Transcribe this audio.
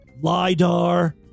LiDAR